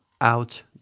out